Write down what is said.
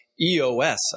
EOS